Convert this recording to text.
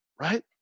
right